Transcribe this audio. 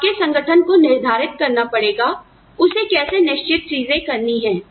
तो आपके संगठन को निर्धारित करना पड़ेगा उसे कैसे निश्चित चीजें करनी है